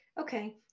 okay